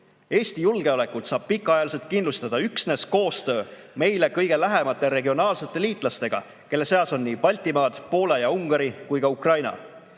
Eesti julgeolekut saab pikaajaliselt kindlustada üksnes koostöö meile kõige lähemate regionaalsete liitlastega, kelle seas on nii Baltimaad, Poola ja Ungari kui ka Ukraina.